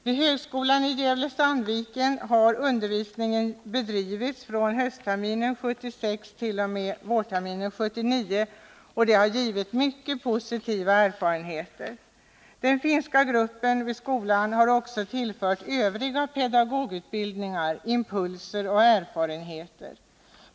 Vid högskolan i Gävle-Sandviken har undervisningen bedrivits från höstterminen 1976 t.o.m. vårterminen 1979, och den har givit mycket positiva erfarenheter. Den finska gruppen vid skolan har också tillfört övriga pedagogutbildningar impulser och erfarenheter.